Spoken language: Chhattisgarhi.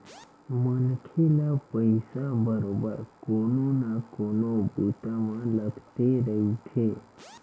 मनखे ल पइसा बरोबर कोनो न कोनो बूता म लगथे रहिथे